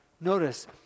Notice